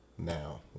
now